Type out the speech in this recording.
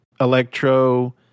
Electro